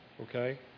Okay